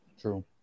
True